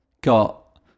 got